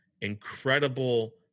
incredible